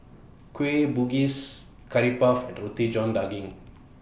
Kueh Bugis Curry Puff and Roti John Daging